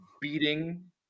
beating